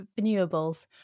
renewables